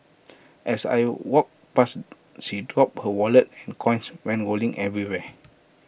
as I walked past she dropped her wallet and coins went rolling everywhere